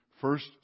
first